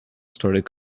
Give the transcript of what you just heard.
started